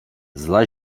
зла